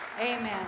Amen